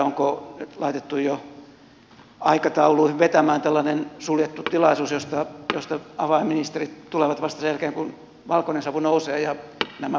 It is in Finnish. onko laitettu jo aikatauluihin vetämään tällainen suljettu tilaisuus josta avainministerit tulevat vasta sen jälkeen kun valkoinen savu nousee ja nämä vuokrat on kohtuullistettu